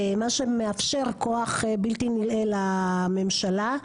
מה שמאפשר כוח בלתי נלאה לממשלה.